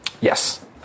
Yes